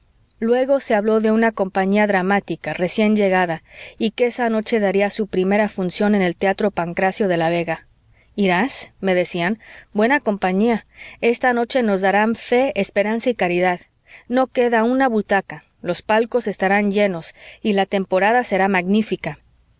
luego se habló de una compañía dramática recién llegada y que esa noche daría su primera función en el teatro pancracio de la vega irás me decían buena compañía esta noche nos darán fe esperanza y caridad no queda una butaca los palcos estarán llenos y la temporada será magnífica